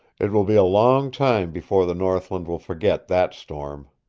it will be a long time before the northland will forget that storm.